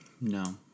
No